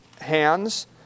hands